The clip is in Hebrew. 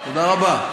תודה רבה.